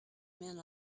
men